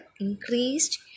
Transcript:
increased